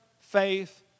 faith